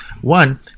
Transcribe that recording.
One